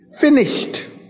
finished